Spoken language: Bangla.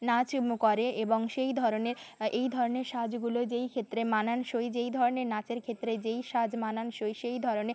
নাচ করে এবং সেই ধরনের এই ধরনের সাজগুলো যেই ক্ষেত্রে মানানসই যেই ধরনের নাচের ক্ষেত্রে যেই সাজ মানানসই সেই ধরনের